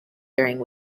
during